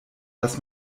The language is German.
dass